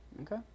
Okay